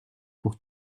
pour